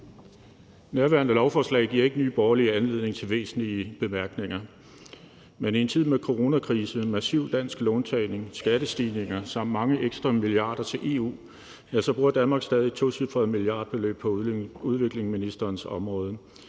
Nærværende lovforslag giver ikke Nye Borgerlige anledning til væsentlige bemærkninger, men i en tid med coronakrise, massiv dansk låntagning, skattestigninger samt udbetaling af mange ekstra milliarder til EU bruger Danmark stadig et tocifret milliardbeløb på udviklingsministerens område.